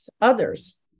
others